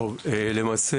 למעשה